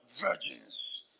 Virgins